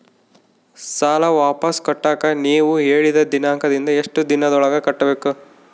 ಸಾಲ ವಾಪಸ್ ಕಟ್ಟಕ ನೇವು ಹೇಳಿದ ದಿನಾಂಕದಿಂದ ಎಷ್ಟು ದಿನದೊಳಗ ಕಟ್ಟಬೇಕು?